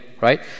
right